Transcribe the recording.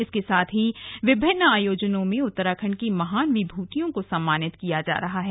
इसके साथ ही विभिन्न आयोजनों में उत्तराखण्ड की महान विभूतियों को सम्मानित किया जा रहा है